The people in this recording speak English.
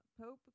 Pope